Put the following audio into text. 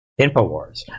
InfoWars